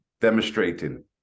demonstrating